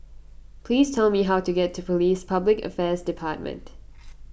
please tell me how to get to Police Public Affairs Department